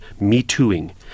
me-tooing